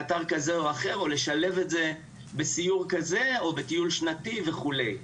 להגיע לאתר כזה או אחר או לשלב את זה בסיור כזה או בטיול שנתי וכולי.